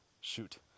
shoot